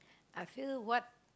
I feel what